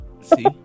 See